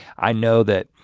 i know that